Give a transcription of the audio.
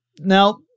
Now